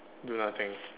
do nothing